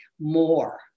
more